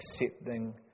Accepting